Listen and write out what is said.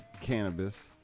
cannabis